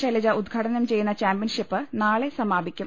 ശൈലജ ഉദ്ഘാടനം ചെയ്യുന്ന ചാമ്പ്യൻഷിപ്പ് നാളെ സമാപിക്കും